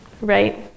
right